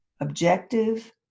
objective